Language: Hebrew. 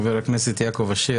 חבר הכנסת יעקב אשר,